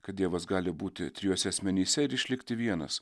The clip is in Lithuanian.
kad dievas gali būti trijuose asmenyse ir išlikti vienas